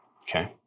Okay